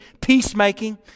peacemaking